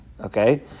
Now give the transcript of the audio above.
Okay